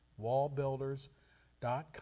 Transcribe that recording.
Wallbuilders.com